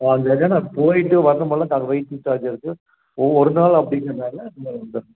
அது என்னென்னா போய்விட்டு வரணுமுல வெயிட்டிங் சார்ஜ்ஜி இருக்கு ஒ ஒரு நாள் அப்படிங்கறதால இந்த அமௌண்ட்டு